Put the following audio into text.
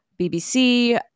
BBC